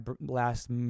last